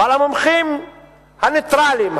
אבל המומחים הנייטרליים,